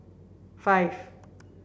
five